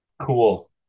Cool